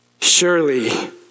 surely